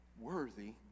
worthy